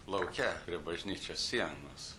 lauke prie bažnyčios sienos